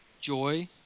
joy